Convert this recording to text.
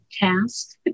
task